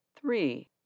three